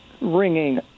ringing